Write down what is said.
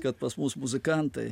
kad pas mus muzikantai